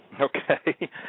okay